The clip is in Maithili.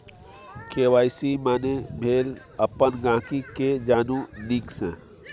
के.वाइ.सी माने भेल अपन गांहिकी केँ जानु नीक सँ